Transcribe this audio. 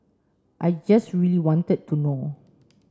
I just really wanted to know